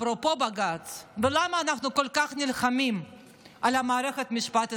אפרופו בג"ץ ולמה אנחנו כל כך נלחמים על מערכת המשפט הישראלית,